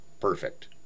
perfect